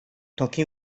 toki